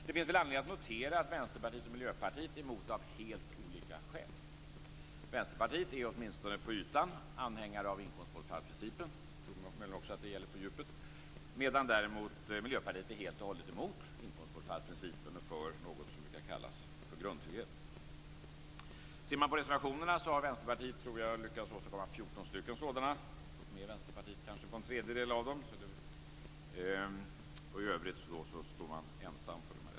Det finns anledning att notera att Vänsterpartiet och Miljöpartiet är emot det av helt olika skäl. Vänsterpartiet är åtminstone på ytan anhängare av inkomstbortfallsprincipen - och somliga menar att det också gäller på djupet - medan Miljöpartiet däremot är helt emot denna princip och för något som brukar kallas grundtrygghet. Vänsterpartiet har lyckats åstadkomma 14 reservationer. Man har fått med sig Miljöpartiet om ungefär en tredjedel av dem men står i övrigt ensam bakom dem.